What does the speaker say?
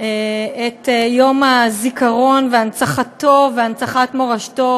את יום הזיכרון ואת הנצחתו והנצחת מורשתו